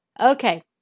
Okay